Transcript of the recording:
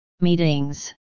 meetings